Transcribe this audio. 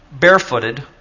barefooted